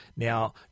Now